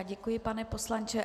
Děkuji, pane poslanče.